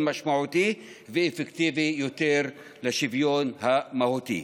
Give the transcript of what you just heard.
משמעותי ואפקטיבי יותר לשוויון המהותי,